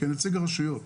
כנציג הרשויות.